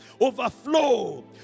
overflow